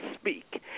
speak